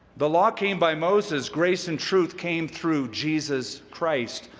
the law came by moses, grace and truth came through jesus christ,